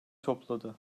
topladı